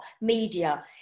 media